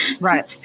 Right